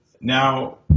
Now